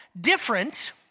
different